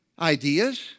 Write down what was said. ideas